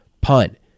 punt